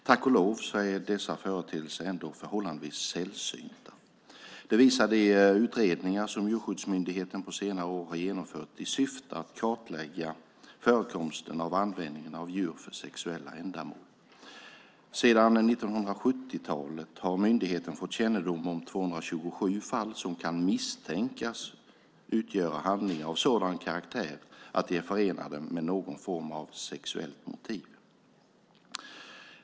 Tack och lov är dessa företeelser ändå förhållandevis sällsynta. Det visar de utredningar som Djurskyddsmyndigheten på senare år har genomfört i syfte att kartlägga förekomsten av användning av djur för sexuella ändamål. Sedan 1970-talet har myndigheten fått kännedom om 227 fall som kan misstänkas utgöra handlingar av sådan karaktär att de är förenade med någon form av sexuellt motiv.